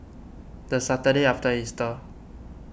the Saturday after Easter